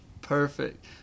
Perfect